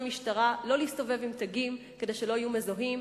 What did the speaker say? משטרה שלא להסתובב עם תגים כדי שלא יהיו מזוהים,